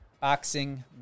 Boxing